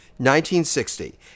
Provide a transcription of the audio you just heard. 1960